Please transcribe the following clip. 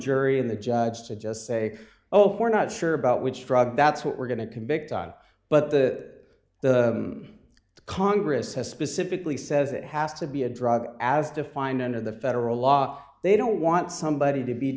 jury and the judge to just say oh we're not sure about which drug that's what we're going to convict on but the the congress has specifically says it has to be a drug as defined under the federal law they don't want somebody to be